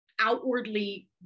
outwardly